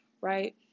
right